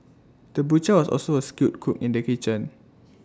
the butcher was also A skilled cook in the kitchen